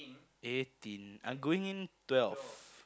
eighteen I'm going in twelfth